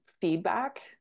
feedback